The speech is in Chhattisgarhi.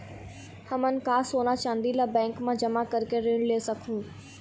हमन का सोना चांदी ला बैंक मा जमा करके ऋण ले सकहूं?